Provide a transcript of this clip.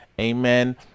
amen